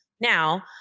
Now